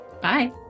Bye